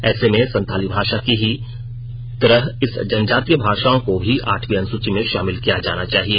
ऐसे में संताली भाषा की ही तरह इन जनजातीय भाषाओं को भी आठवी अनुसूची में शामिल किया जाना चाहिए